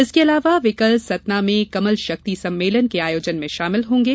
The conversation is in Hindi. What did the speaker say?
इसके अलावा वे कल सतना में कमल शक्ति सम्मेलन के आयोजन में शामिल होंगे